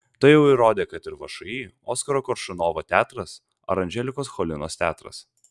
tai jau įrodė kad ir všį oskaro koršunovo teatras ar anželikos cholinos teatras